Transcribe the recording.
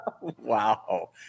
Wow